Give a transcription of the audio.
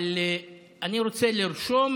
אבל אני רוצה לרשום